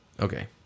Okay